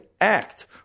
act